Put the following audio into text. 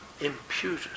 imputed